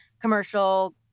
commercial